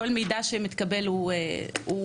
כל מידע שמתקבל הוא נפלא.